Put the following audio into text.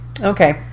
okay